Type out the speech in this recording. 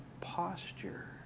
posture